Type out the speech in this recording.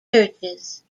churches